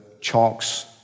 Chalks